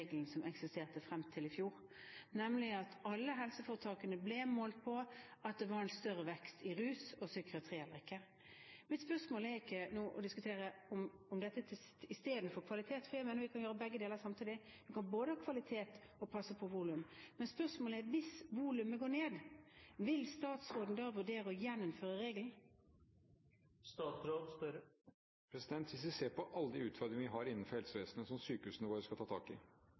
regelen som eksisterte frem til i fjor, nemlig at alle helseforetakene ble målt på at det var en større vekst i rus- og psykiatriavbrekket. Mitt spørsmål er ikke nå å diskutere om dette er istedenfor kvalitet, for jeg mener vi kan gjøre begge deler samtidig: Vi kan både ha kvalitet og passe på volum. Men spørsmålet er: Hvis volumet går ned, vil statsråden da vurdere å gjeninnføre regelen? Hvis vi ser på alle de utfordringene vi har innenfor helsevesenet som sykehusene våre skal ta tak i